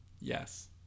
Yes